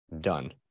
done